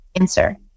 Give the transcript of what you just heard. answer